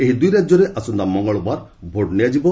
ଏହି ଦୁଇ ରାଜ୍ୟରେ ଆସନ୍ତା ମଙ୍ଗଳବାର ଭୋଟ ନିଆଯିବ